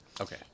okay